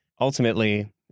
ultimately